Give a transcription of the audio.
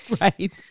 Right